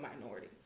minority